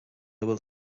bhfuil